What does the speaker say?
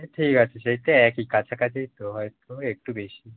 হ্যাঁ ঠিক আছে সেই তো একই কাছাকাছি তো হয় তো হয় একটু বেশি